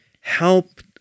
help